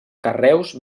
carreus